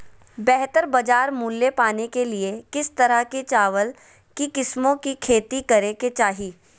बेहतर बाजार मूल्य पाने के लिए किस तरह की चावल की किस्मों की खेती करे के चाहि?